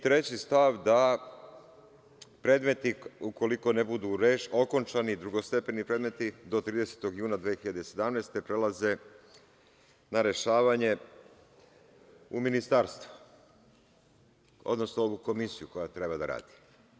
Treći stav kaže da predmeti ukoliko ne budu okončani, drugostepeni predmeti do 30. juna 2017. godine prelaze na rešavanje u ministarstvo, odnosno u komisiju koja treba da radi.